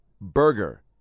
burger